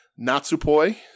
Natsupoi